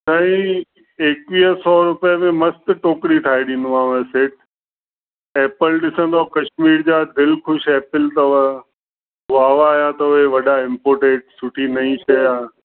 साईं एकवीह सौ रुपये में मस्तु टोकरी ठाहे ॾींदोमांव सेठ ऐप्पल ॾिसंदो कश्मीर जा दिलि ख़ुशि ऐप्पल अथव गुआवा आहियां अथव इहे वॾा इम्पोटिड सुठी नई शइ आहे